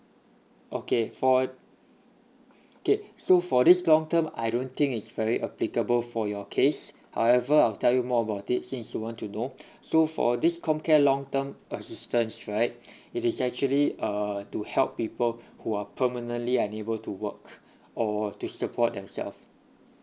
okay for okay so for this long term I don't think is very applicable for your case however I'll tell you more about it since you want to know so for this comcare long term assistance right it is actually err to help people who are permanently unable to work or to support themselves